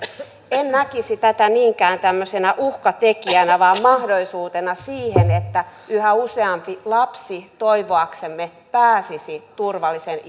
en näkisi tätä niinkään tämmöisenä uhkatekijänä vaan mahdollisuutena siihen että yhä useampi lapsi toivoaksemme pääsisi turvallisen